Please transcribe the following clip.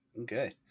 Okay